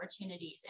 opportunities